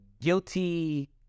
Guilty